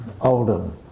Oldham